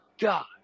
God